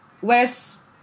whereas